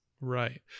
Right